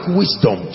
wisdom